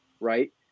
right